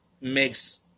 makes